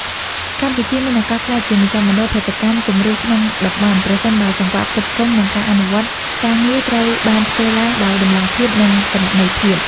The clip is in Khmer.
កម្ពុជាមានឱកាសក្លាយជាមជ្ឈមណ្ឌលផលិតកម្មគំរូក្នុងតំបន់ ប្រសិនបើសង្វាក់ផ្គត់ផ្គង់ និងការអនុវត្តការងារត្រូវបានធ្វើឡើងដោយតម្លាភាព និងគណនេយ្យភាព។